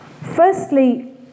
Firstly